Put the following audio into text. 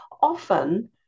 Often